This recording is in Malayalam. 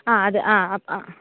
ആ അതെ ആ അപ് ആ